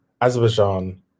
Azerbaijan